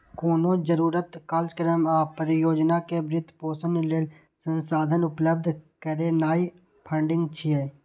कोनो जरूरत, कार्यक्रम या परियोजना के वित्त पोषण लेल संसाधन उपलब्ध करेनाय फंडिंग छियै